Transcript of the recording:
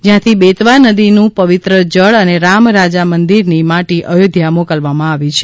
જયાંથી બેતવા નદીનું પવીત્ર જળ અને રામ રાજા મંદીરની માટી અયોધ્યા મોકલવામાં આવી છે